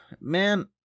man